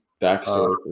backstory